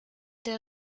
der